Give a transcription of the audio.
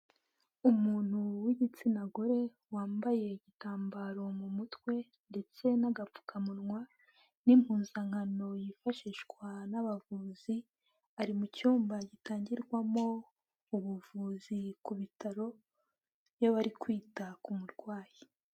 Umuntu w'igitsina gore, wambaye igitambaro mu mutwe ndetse n'agapfukamunwa, n'impuzankano yifashishwa n'abavuzi, ari mu cyumba gitangirwamo ubuvuzi ku bitaro, iyo bari kwita ku murwayi.